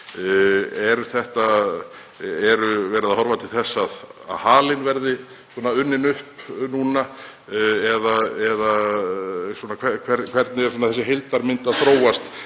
Er verið að horfa til þess að halinn verði unninn upp núna eða hvernig er þessi heildarmynd að þróast